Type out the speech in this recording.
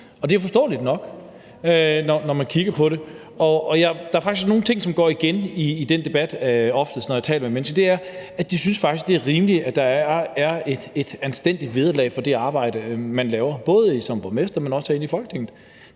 det er jo forståeligt nok, når man kigger på det. Der er faktisk en ting, der ofte går igen i den debat, når jeg taler med mennesker. Det er, at de faktisk synes, det er rimeligt, at der er et anstændigt vederlag for det arbejde, man laver, både som borgmester, men også herinde i Folketinget.